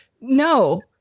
No